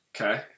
Okay